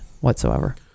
whatsoever